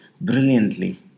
brilliantly